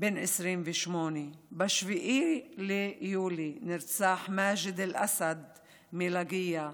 בן 28. ב-7 ביולי נרצח מאג'ד אל-אסד מלקיה,